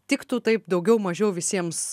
tiktų taip daugiau mažiau visiems